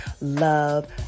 love